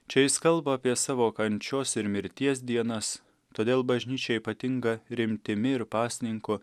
čia jis kalba apie savo kančios ir mirties dienas todėl bažnyčia ypatinga rimtimi ir pasninku